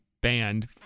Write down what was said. banned